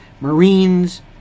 Marines